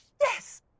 Yes